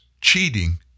cheating